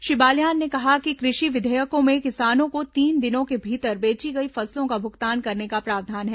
श्री बालयान ने कहा कि कृषि विधेयकों में किसानों को तीन दिनों के भीतर बेची गई फसलों का भुगतान करने का प्रावधान है